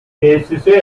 tesise